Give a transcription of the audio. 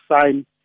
sign